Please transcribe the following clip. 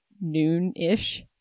noon-ish